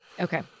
Okay